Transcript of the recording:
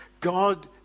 God